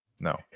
No